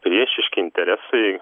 priešiški interesai